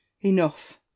Enough